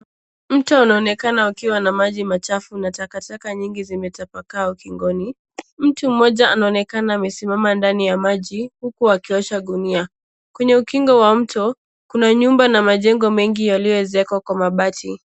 Mto unaonekana ukiwa na maji machafu na takataka nyingi zimetapakaa ukingoni mtu mmoja anaonekana amesimama ndani ya maji huku akiosha gunia kwenye ukingo wa mto kuna nyumba na majengo mengi yalioezekwa kwa mabati.